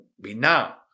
Bina